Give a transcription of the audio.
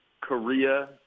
Korea